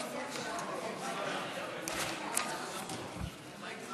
ההצעה להעביר את הצעת חוק לשכת עורכי הדין (תיקון,